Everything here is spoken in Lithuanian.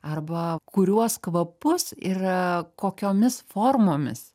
arba kuriuos kvapus ir kokiomis formomis